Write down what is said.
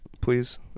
please